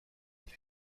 ere